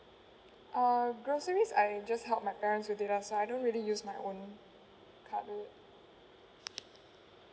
uh groceries I just help my parents when they ask lah I don't really use my own card leh